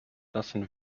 lassen